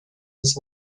his